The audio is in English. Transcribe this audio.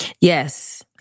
Yes